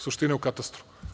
Suština je u katastru.